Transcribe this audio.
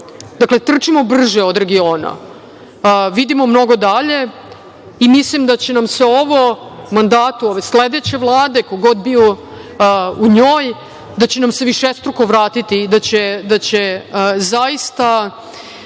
Dakle, trčimo brže od regiona, vidimo mnogo dalje i mislim da će nam se ovom u mandatu ove sledeće Vlade, ko god bio u njoj, da će nam se višestruko vratiti i da će uticaj